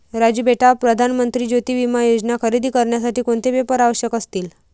राजू बेटा प्रधान मंत्री ज्योती विमा योजना खरेदी करण्यासाठी कोणते पेपर आवश्यक असतील?